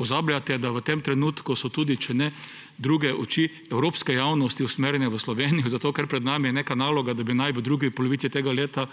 pozabljate, da so v tem trenutku tudi, če ne druge, oči evropske javnosti usmerjene v Slovenijo, zato ker je pred nami neka naloga, da naj bi v drugi polovici tega leta